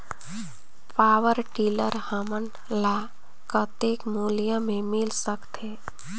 Power tiller हमन ल कतेक मूल्य मे मिल सकथे?